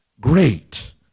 Great